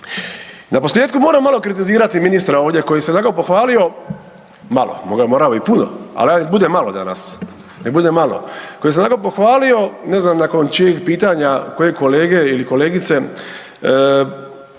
Naposljetku moram malo kritizirati ministra ovdje koji se tako pohvalio, malo, morao bi puno, ali ja budem malo danas, nek bude malo, koji se tako pohvalio, ne znam nakon čijeg pitanja, kojeg kolege ili kolegice,